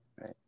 right